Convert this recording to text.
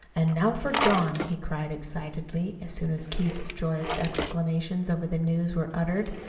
and now for john! he cried excitedly, as soon as keith's joyous exclamations over the news were uttered.